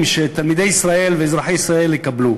שתלמידי ישראל ואזרחי ישראל יקבלו.